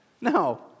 No